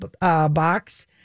Box